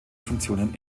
funktionen